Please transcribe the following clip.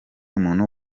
umuntu